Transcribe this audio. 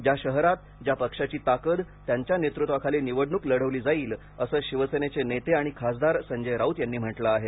ज्या शहरात ज्या पक्षाची ताकद त्यांच्या नेतृत्वाखाली निवडणूक लढवली जाईल असे शिवसेनेचे नेते आणि खासदार संजय राऊत यांनी म्हटलं आहे